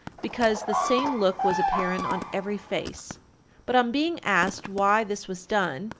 because the same look was apparent on every face but on being asked why this was done,